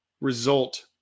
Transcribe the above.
result